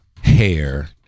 hair